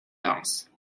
dense